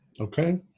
Okay